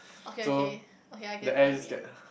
okay okay okay I get what you mean